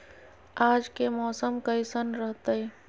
आज के मौसम कैसन रहताई?